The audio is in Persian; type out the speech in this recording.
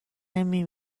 نمی